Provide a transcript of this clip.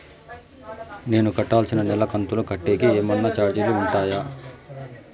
నేను కట్టాల్సిన నెల కంతులు కట్టేకి ఏమన్నా చార్జీలు ఉంటాయా?